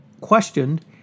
questioned